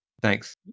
Thanks